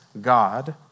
God